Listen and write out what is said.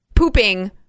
Pooping